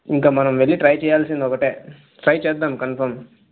ఇంక మనం వెళ్ళి ట్రై చెయ్యాల్సింది ఒకటే ట్రై చేద్దాం కంఫర్మ్